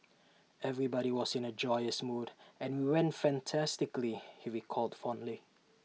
everybody was in A joyous mood and IT went fantastically he recalled fondly